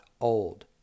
old